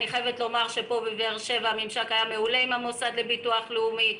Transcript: אני חייבת לומר שבבאר שבע היה ממשק מעולה עם המוסד לביטוח לאומי,